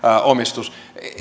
omistus